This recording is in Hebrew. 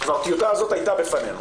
כבר הטיוטה הזאת הייתה בפנינו.